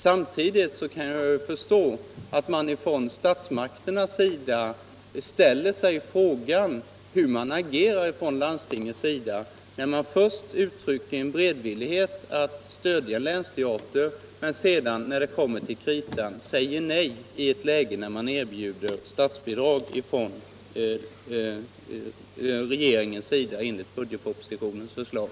Samtidigt kan jag förstå att statsmakterna frågar sig hur landstinget agerar, när det först uttrycker en beredvillighet att stödja länsteatern men sedan, när det kommer till kritan, säger nej i ett läge där regeringen erbjuder statsbidrag enligt budgetpropositionens förslag.